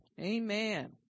Amen